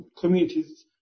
communities